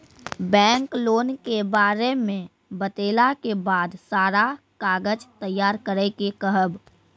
Bank loan के बारे मे बतेला के बाद सारा कागज तैयार करे के कहब?